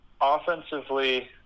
offensively